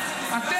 ארבעה חוקים,